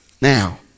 now